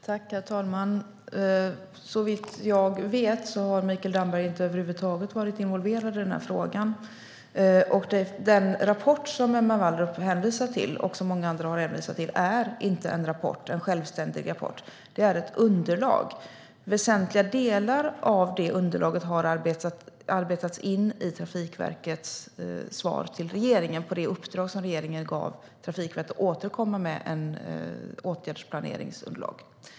Herr talman! Såvitt jag vet har Mikael Damberg över huvud taget inte varit involverad i den här frågan. Den rapport som Emma Wallrup hänvisar till och som många andra har hänvisat till är inte en självständig rapport utan ett underlag. Väsentliga delar av det underlaget har arbetats in i Trafikverkets svar till regeringen på det uppdrag som regeringen gav Trafikverket - att återkomma med underlag för en åtgärdsplanering.